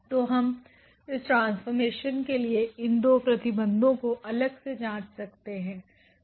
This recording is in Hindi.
तो हम इस ट्रांसफॉर्मेशन के लिए इन 2 प्रतिबंधों को अलग से जाँच सकते हैं